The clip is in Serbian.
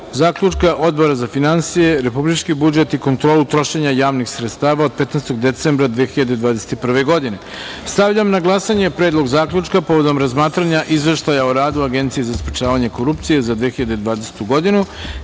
zaključka Odbora za finansije, republički budžet i kontrolu trošenja javnih sredstava od 15. decembra 2021. godine. Stavljam na glasanje Predlog zaključka povodom razmatranja Izveštaja o radu Agencije za sprečavanje korupcije za 2020. godinu,